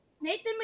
Nathan